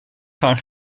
gaan